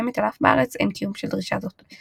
בתיבה אשר הובאה מחדר אחסון אל אולם